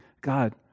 God